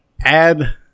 Add